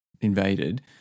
invaded